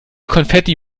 konfetti